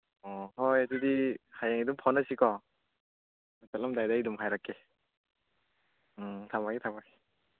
ꯑꯣ ꯍꯣꯏ ꯍꯣꯏ ꯑꯗꯨꯗꯤ ꯍꯌꯦꯡ ꯑꯗꯨꯝ ꯐꯥꯎꯅꯁꯤꯀꯣ ꯆꯠꯂꯝꯗꯥꯏꯗ ꯑꯩ ꯑꯗꯨꯝ ꯍꯥꯏꯔꯛꯀꯦ ꯎꯝ ꯊꯝꯃꯒꯦ ꯊꯝꯃꯒꯦ